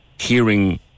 hearing